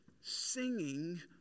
singing